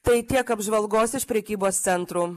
tai tiek apžvalgos iš prekybos centrų